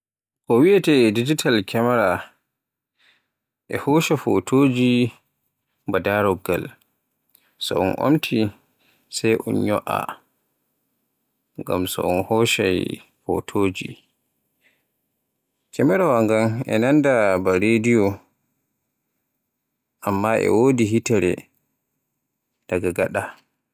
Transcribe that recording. Ko wiyeete digital kamera hoccay potoji ba darolggal, so un omti, sai un nyo'a ngam so un haccay potoji. Kamerawa ngan e nanda ba rediyo amma e wodi hitere daga gaɗa.